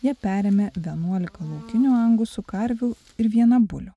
jie perėmė vienuolika laukinių angusų karvių ir vieną bulių